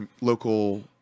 local